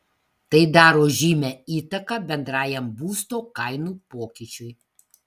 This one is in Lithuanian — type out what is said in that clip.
tai daro žymią įtaką bendrajam būsto kainų pokyčiui